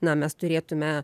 na mes turėtume